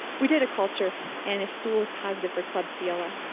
we did a culture and a stool is positive for klebsiella.